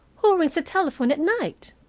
who rings the telephone at night?